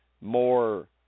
more